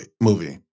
movie